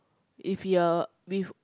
if you're with